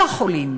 כל החולים